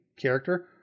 character